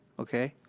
okay.